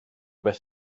beth